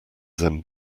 zen